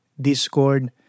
Discord